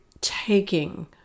taking